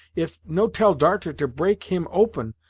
if no tell darter to break him open,